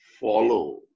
follow